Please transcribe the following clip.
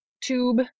tube